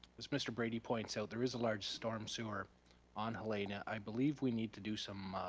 as mr. brady points out, there is a large storm sewer on helena. i believe we need to do some